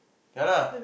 ya lah